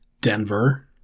Denver